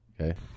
okay